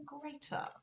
greater